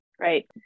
right